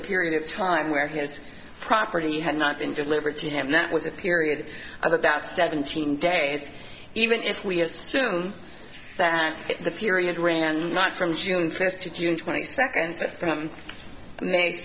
a period of time where his property had not been delivered to him that was a period of about seventeen days even if we assume that the period ran not from june first to june twenty second from